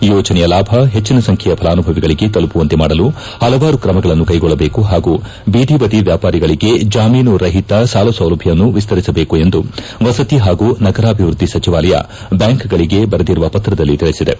ಈ ಯೋಜನೆಯ ಲಾಭ ಹೆಚ್ಚಿನ ಸಂಖ್ಯೆಯ ಫಲಾನುಭವಿಗಳಿಗೆ ತಲುಪುವಂತೆ ಮಾಡಲು ಪಲವಾರು ಕ್ರಮಗಳನ್ನು ಕೆಗೊಳ್ಳಬೇಕು ಹಾಗೂ ಜೀದಿಬದಿ ವ್ಯಾಪಾರಿಗಳಿಗೆ ಜಾಮೀನುರಹಿತ ಸಾಲಸೌಲಭ್ಯವನ್ನು ವಿಸ್ತರಿಸಬೇಕೆಂದು ವಸತಿ ಪಾಗೂ ನಗರಾಭಿವೃದ್ದಿ ಸಚಿವಾಲಯ ಬ್ಯಾಂಕ್ಗಳಿಗೆ ಬರೆದಿರುವ ಪತ್ರದಲ್ಲಿ ತಿಳಿಸಿದೆ